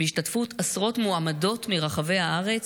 בהשתתפות עשרות מועמדות מרחבי הארץ,